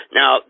now